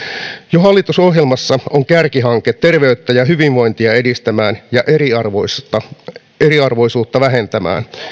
jo hallitusohjelmassa on kärkihanke terveyttä ja hyvinvointia edistämään ja eriarvoisuutta vähentämään